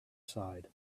side